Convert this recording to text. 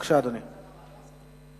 בבקשה, אדוני.